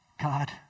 God